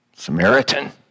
Samaritan